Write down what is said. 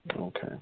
okay